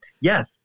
yes